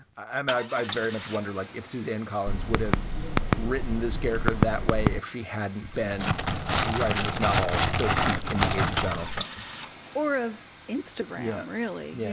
i mean, i very much wonder, like if suzanne collins would have written this character that way if she hadn't been writing this novel, so to speak, in the age of donald trump or of instagram, really, yeah